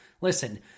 Listen